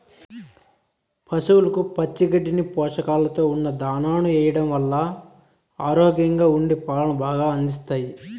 పసవులకు పచ్చి గడ్డిని, పోషకాలతో ఉన్న దానాను ఎయ్యడం వల్ల ఆరోగ్యంగా ఉండి పాలను బాగా అందిస్తాయి